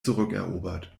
zurückerobert